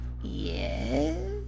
Yes